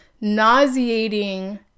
nauseating